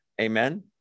Amen